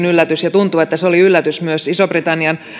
yllätys ja tuntuu että se oli yllätys myös ison britannian